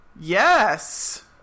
yes